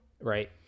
Right